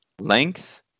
length